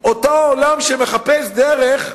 אותו עולם שמחפש דרך להיחלץ,